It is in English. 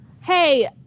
Hey